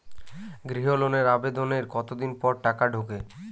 গৃহ লোনের আবেদনের কতদিন পর টাকা ঢোকে?